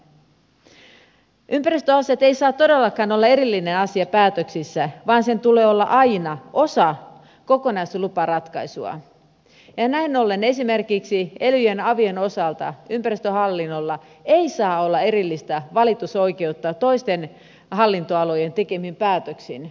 ympäristöasiat eivät saa todellakaan olla erillinen asia päätöksissä vaan niiden tulee olla aina osa kokonaisluparatkaisua ja näin ollen esimerkiksi elyjen ja avien osalta ympäristöhallinnolla ei saa olla erillistä valitusoikeutta toisten hallinnonalojen tekemiin päätöksiin